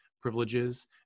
privileges